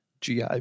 GI